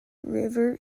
river